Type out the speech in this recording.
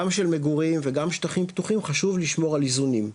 של מגורים וגם שטחים פתוחים חשוב לשמור על איזונים.